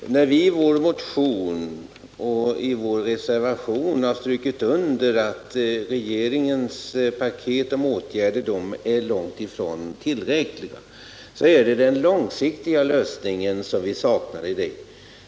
Herr talman! När vi i vår motion och i vår reservation har strukit under att regeringens paket med åtgärder är långt ifrån tillräckligt, är det den långsiktiga lösningen som vi saknar.